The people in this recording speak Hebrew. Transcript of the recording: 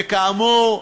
וכאמור,